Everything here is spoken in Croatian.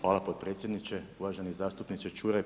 Hvala potpredsjedniče, uvaženi zastupniče Čuraj.